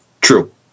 True